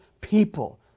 people